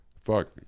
Fuck